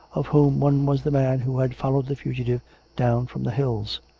of whom one was the man who had followed the fugitive down from the hills.